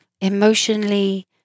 emotionally